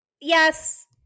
Yes